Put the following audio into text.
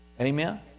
Amen